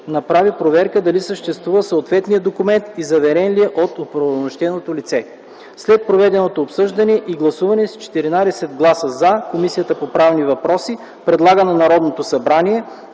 направи проверка дали съществува съответния документ и заверен ли е от оправомощеното лице? След проведеното обсъждане и гласуване с 14 гласа „за”, Комисията по правни въпроси предлага на Народното събрание